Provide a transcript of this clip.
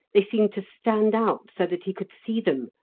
they seemed to stand out so that he could see them.